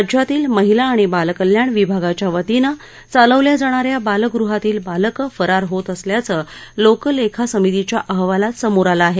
राज्यातील महिला आणि बालकल्याण विभागाच्या वतीनं चालवल्या जाणाऱ्या बालगृहातील बालकं फरार होत असल्याचं लोकलेखासमितीच्या अहवालात समोर आलं आहे